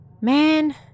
Man